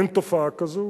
אין תופעה כזו.